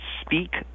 speak